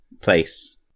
place